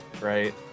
right